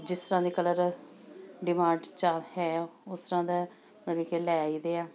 ਜਿਸ ਤਰ੍ਹਾਂ ਦੀ ਕਲਰ ਡਿਮਾਂਡ 'ਚ ਆ ਹੈ ਉਸ ਤਰ੍ਹਾਂ ਦਾ ਮਤਲਵ ਕਿ ਲੈ ਆਈਦੇ ਆ